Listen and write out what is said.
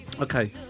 Okay